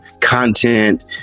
content